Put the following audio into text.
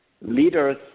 leaders